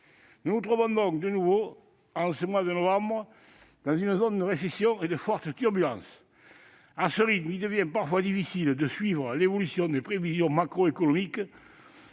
Nous nous trouvons donc, une nouvelle fois, en ce mois de novembre, dans une zone de récession et de fortes turbulences. À ce rythme, il devient parfois difficile de suivre l'évolution des prévisions macroéconomiques,